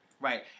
Right